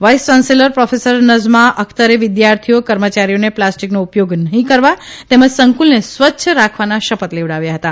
vice chancellor professor Najma અખતરે વિધાર્થીઓ કર્મચારીઓને પ્લાસ્ટીકનો ઉપ યોગ નહી કરવા તેમજ સંકુલને સ્વચ્છ રાખવાના શૈ થ લેવડાવ્યા હતા